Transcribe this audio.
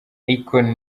akon